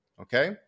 Okay